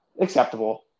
acceptable